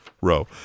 row